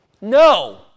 No